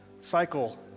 cycle